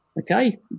okay